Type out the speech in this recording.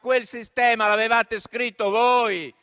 Quel sistema l'avevate scritto voi.